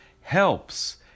helps